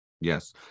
Yes